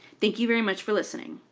thank you very much for listening.